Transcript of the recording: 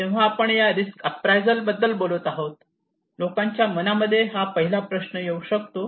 तेव्हा आपण या रिस्क अँप्रायझल बद्दल बोलत आहोत लोकांच्या मनामध्ये हा पहिला प्रश्न येऊ शकतो